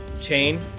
Chain